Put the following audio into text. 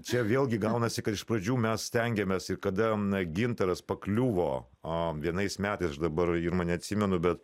čia vėlgi gaunasi kad iš pradžių mes stengėmės ir kada gintaras pakliuvo a vienais metais aš dabar irma neatsimenu bet